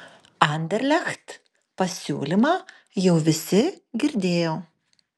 anderlecht pasiūlymą jau visi girdėjo